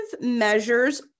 measures